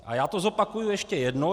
A já to zopakuji ještě jednou.